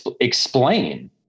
explain